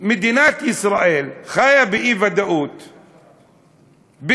מדינת ישראל חיה באי-ודאות ביטחונית,